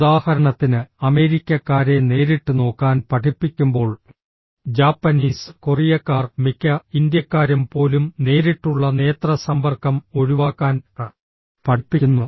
ഉദാഹരണത്തിന് അമേരിക്കക്കാരെ നേരിട്ട് നോക്കാൻ പഠിപ്പിക്കുമ്പോൾ ജാപ്പനീസ് കൊറിയക്കാർ മിക്ക ഇന്ത്യക്കാരും പോലും നേരിട്ടുള്ള നേത്ര സമ്പർക്കം ഒഴിവാക്കാൻ പഠിപ്പിക്കുന്നു